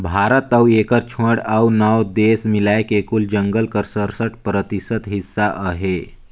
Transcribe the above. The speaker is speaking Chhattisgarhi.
भारत अउ एकर छोंएड़ अउ नव देस मिलाए के कुल जंगल कर सरसठ परतिसत हिस्सा अहे